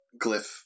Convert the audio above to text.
glyph